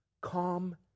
calm